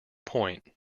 point